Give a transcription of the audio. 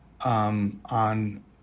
on